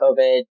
COVID